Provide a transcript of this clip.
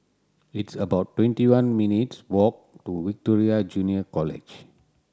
it's about twenty one minutes' walk to Victoria Junior College